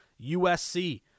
USC